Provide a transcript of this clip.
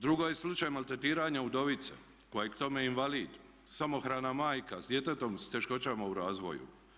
Drugo je slučaj maltretiranja udovice koja je k tome invalid, samohrana majka s djetetom s teškoćama u razvoju.